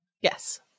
yes